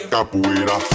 Capoeira